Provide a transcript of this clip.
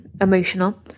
emotional